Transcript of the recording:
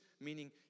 meaning